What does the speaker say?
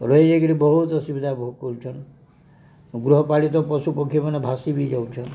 ରହିଯାଇକିରି ବହୁତ୍ ଅସୁବିଧା ଭୋଗ୍ କରୁଛନ୍ ଗୃହପାଳିତ ପଶୁ ପକ୍ଷୀମାନେ ଭାସି ବି ଯାଉଛନ୍